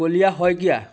Kaliya Saikia